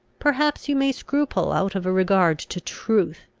perhaps you may scruple out of a regard to truth.